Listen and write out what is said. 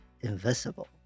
invisible